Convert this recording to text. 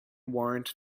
warrant